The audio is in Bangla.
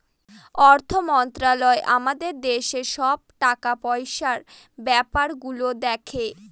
অর্থ মন্ত্রালয় আমাদের দেশের সব টাকা পয়সার ব্যাপার গুলো দেখে